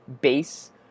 base